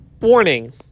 Warning